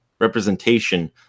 Representation